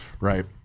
Right